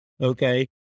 Okay